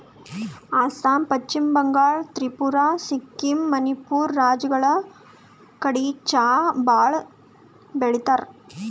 ಅಸ್ಸಾಂ, ಪಶ್ಚಿಮ ಬಂಗಾಳ್, ತ್ರಿಪುರಾ, ಸಿಕ್ಕಿಂ, ಮಣಿಪುರ್ ರಾಜ್ಯಗಳ್ ಕಡಿ ಚಾ ಭಾಳ್ ಬೆಳಿತಾರ್